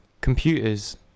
computers